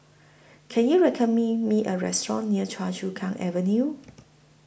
Can YOU recommend Me A Restaurant near Choa Chu Kang Avenue